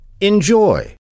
Enjoy